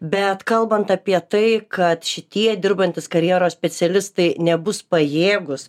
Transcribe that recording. bet kalbant apie tai kad šitie dirbantys karjeros specialistai nebus pajėgūs